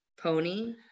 pony